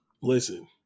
Listen